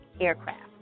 aircraft